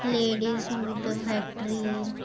lady suit factory